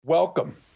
Welcome